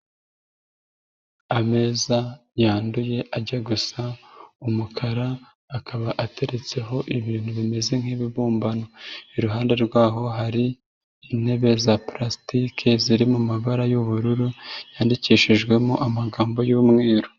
Ameza yanduye ajya gusa umukara, akaba ateretseho ibintu bimeze nk'ibibumbano. Iruhande rwaho hari intebe za palasitike ziri mu mabara y'ubururu, yandikishijwemo amagambo y'umweru.